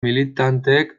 militanteek